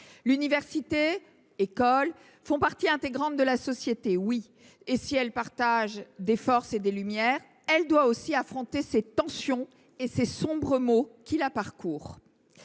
L’université et l’école font partie intégrante de la société. Si elles partagent des forces et des lumières, elles doivent aussi affronter les tensions et les sombres maux qui les parcourent.